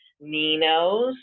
Nino's